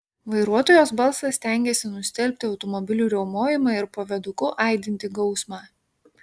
vairuotojos balsas stengėsi nustelbti automobilių riaumojimą ir po viaduku aidintį gausmą